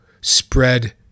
spread